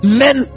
men